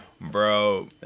Bro